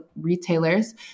retailers